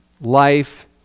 life